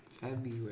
February